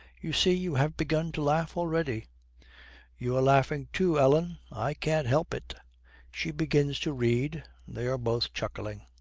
you see, you have begun to laugh already you are laughing too, ellen. i can't help it she begins to read they are both chuckling.